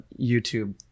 YouTube